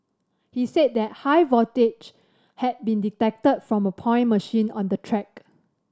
he said that high voltage had been detected from a point machine on the track